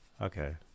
Okay